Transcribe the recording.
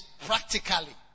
Practically